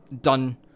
done